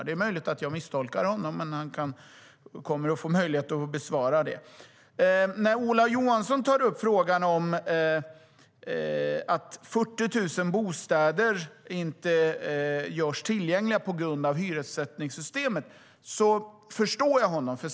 Det är möjligt att jag misstolkar honom, men han kommer att få möjlighet att utveckla det. När Ola Johansson tar upp att 40 000 bostäder inte görs tillgängliga på grund av hyressättningssystemet förstår jag honom.